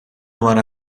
wara